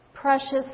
Precious